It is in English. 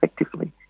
effectively